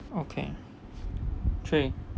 okay three